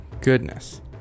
Goodness